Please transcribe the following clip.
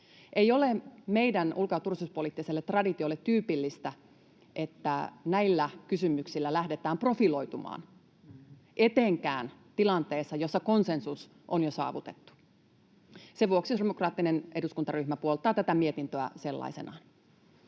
Ei ole meidän ulko- ja turvallisuuspoliittiselle traditiolle tyypillistä, että näillä kysymyksillä lähdetään profiloitumaan, etenkään tilanteessa, jossa konsensus on jo saavutettu. Sen vuoksi sosiaalidemokraattinen eduskuntaryhmä puoltaa tätä mietintöä sellaisenaan.